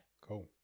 Cool